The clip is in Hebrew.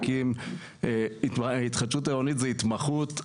התחדשות עירונית זו התמחות,